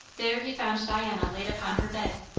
there he found diana laid upon her bed,